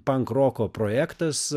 pankroko projektas